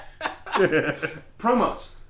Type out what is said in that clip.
Promos